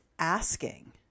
asking